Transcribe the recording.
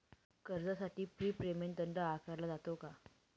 कर्जासाठी prepayment दंड आकारला जातो का?